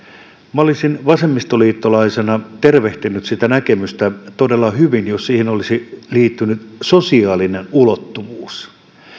minä olisin vasemmistoliittolaisena tervehtinyt sitä näkemystä todella hyvin jos siihen olisi liittynyt sosiaalinen ulottuvuus